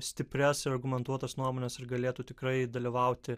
stiprias argumentuotas nuomones ir galėtų tikrai dalyvauti